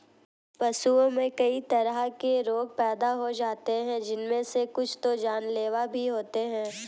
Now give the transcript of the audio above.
पशुओं में कई तरह के रोग पैदा हो जाते हैं जिनमे से कुछ तो जानलेवा भी होते हैं